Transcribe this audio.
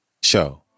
Show